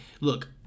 look